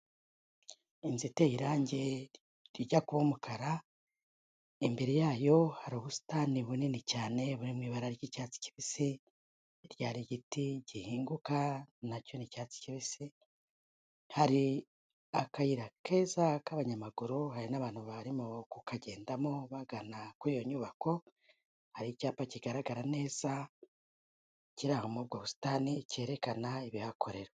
inzu iteye irangi rijya kuba umukara imbere yayo hari ubusitani bunini cyane buri mu ibara ry'icyatsi kibisi ryari igiti gihinguka nacyo ni cyatsi kibisi hari akayira keza k'abanyamaguru hari n'abantu barimo kukagendamo bagana kuri iyo nyubako hari icyapa kigaragara neza kirimo ubwo busitani cyerekana ibihakorera